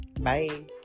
Bye